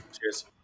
Cheers